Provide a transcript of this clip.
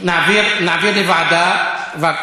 נעביר לוועדה.